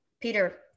Peter